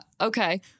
okay